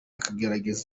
akagera